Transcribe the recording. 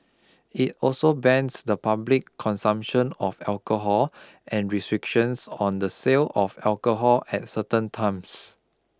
it also bans the public consumption of alcohol and restrictions on the sale of alcohol at certain times